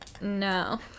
no